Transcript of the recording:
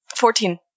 Fourteen